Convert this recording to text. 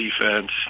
defense